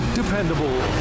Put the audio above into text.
dependable